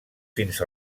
fins